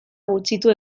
gutxitu